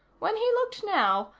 when he looked now,